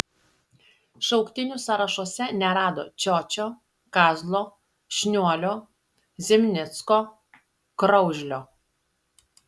šauktinių sąrašuose nerado čiočio kazlo šniuolio zimnicko kraužlio